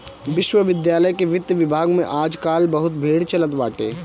विश्वविद्यालय के वित्त विभाग में आज काल बहुते भीड़ चलत बाटे